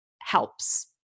helps